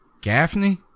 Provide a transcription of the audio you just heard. Gaffney